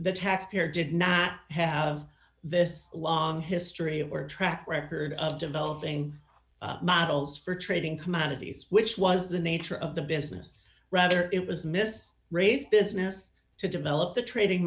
the taxpayer did not have this long history of our track record of developing models for trading commodities which was the nature of the business rather it was miss ray's business to develop the trading